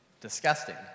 disgusting